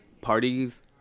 parties